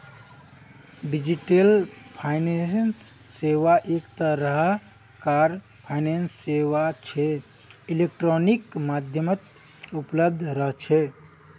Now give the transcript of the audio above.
digital finance सेवा एक तरह कार फाइनेंस सेवा छे इलेक्ट्रॉनिक माध्यमत उपलब्ध रह छे